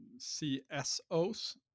CSOs